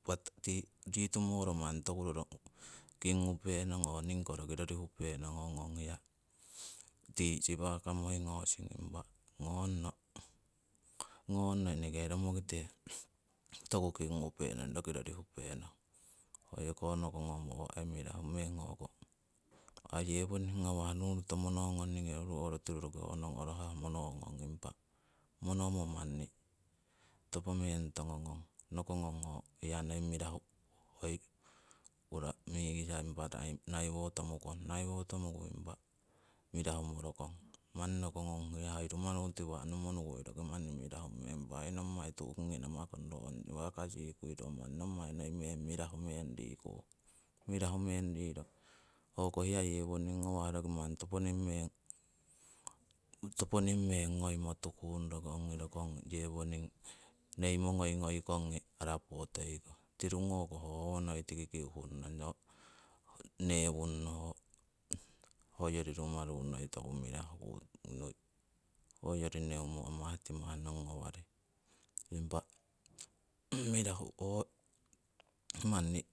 Impa tii ritumoro manni toku roro kingngupenong oo roki rorihupenong ho ngong hiya tii sipakamoi ngosing, impa ngonno, ngonno eneke romokite toku king ngupenong roki rorihupenong. H oyoko nokongong hewoning ngawah ruroto monongong ru orutiru monongong roki ho nong orohah impa monomo manni topo meng tongo ngong nokongong hoi uramikisa naiwotomuku roki manni mirahu morokong. Roki manni nokongong hoyori rumaru tiwa' numonukui roki manni mirahu, impa ho nommai tu'kingi namakong ro ong sipaka sihikui nommai roki manni mirahu meng rikung. Hoko hiya yewoning ngawah roki manni toponing meng ngoimo tukung roki ongi neimo ngoikongi arapotoi kong. Tirungoko ho howo noi tiki kiuhunnong tiki newunno hoyori rumaru noi toku mirahu tiki kuungi nui hoyori neumo amah timah nong ngawarei. Impa mirahu ho manni